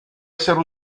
essere